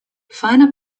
finer